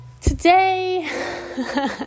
today